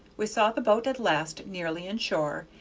we saw the boat at last nearly in shore,